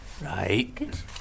Right